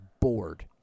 bored